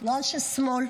לא אנשי שמאל,